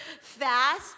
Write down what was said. fast